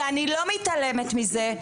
שאני לא מתעלמת מזה,